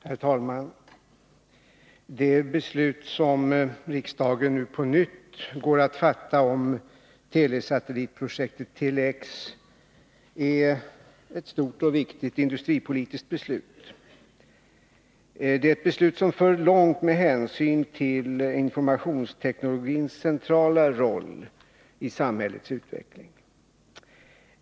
Herr talman! Det beslut som riksdagen nu på nytt går att fatta om TV-satellitprojektet Tele-X är ett stort och viktigt industripolitiskt beslut. Det är ett beslut som för långt, med hänsyn till informationens teknologiskt centrala roll i samhällets utveckling.